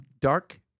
dark